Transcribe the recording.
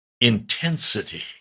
intensity